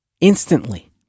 instantly